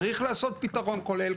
צריך לעשות פתרון כולל,